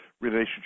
Relationship